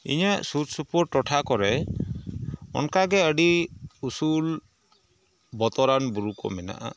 ᱤᱧᱟᱹᱜ ᱥᱩᱨ ᱥᱩᱯᱩᱨ ᱴᱚᱴᱷᱟ ᱠᱚᱨᱮ ᱚᱱᱠᱟᱜᱮ ᱟᱹᱰᱤ ᱩᱥᱩᱞ ᱵᱚᱛᱚᱨᱟᱱ ᱵᱩᱨᱩ ᱠᱚ ᱢᱮᱱᱟᱜᱼᱟ